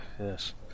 Yes